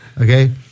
Okay